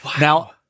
Now